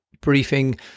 briefing